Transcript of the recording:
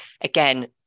again